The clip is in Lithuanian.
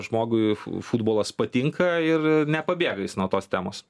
žmogui fu futbolas patinka ir nepabėga jis nuo tos temos